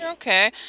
Okay